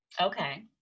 Okay